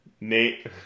Nate